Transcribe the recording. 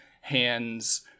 hands